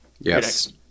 yes